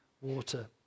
water